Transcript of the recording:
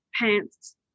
pants